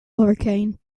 hurricane